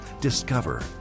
Discover